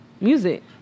music